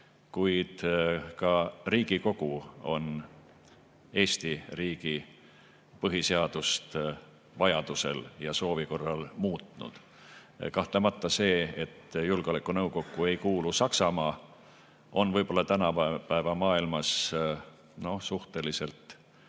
kuid ka Riigikogu on Eesti riigi põhiseadust vajaduse ja soovi korral muutnud. Kahtlemata see, et julgeolekunõukokku ei kuulu Saksamaa, võib olla tänapäeva maailmas suhteliselt